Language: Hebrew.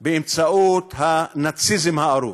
באמצעות הנאציזם הארור.